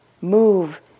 move